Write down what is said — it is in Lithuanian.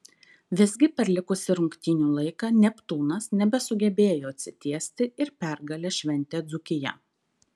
visgi per likusį rungtynių laiką neptūnas nebesugebėjo atsitiesti ir pergalę šventė dzūkija